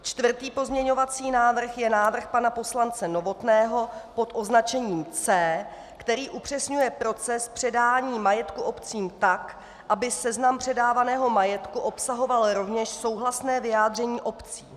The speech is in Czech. Čtvrtý pozměňovací návrh je návrh pana poslance Novotného pod označením C, který upřesňuje proces předání majetku obcím tak, aby seznam předávaného majetku obsahoval rovněž souhlasné vyjádření obcí.